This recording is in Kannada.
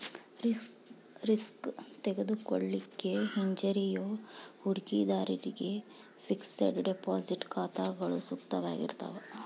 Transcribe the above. ರಿಸ್ಕ್ ತೆಗೆದುಕೊಳ್ಳಿಕ್ಕೆ ಹಿಂಜರಿಯೋ ಹೂಡಿಕಿದಾರ್ರಿಗೆ ಫಿಕ್ಸೆಡ್ ಡೆಪಾಸಿಟ್ ಖಾತಾಗಳು ಸೂಕ್ತವಾಗಿರ್ತಾವ